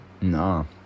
No